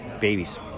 babies